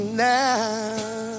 now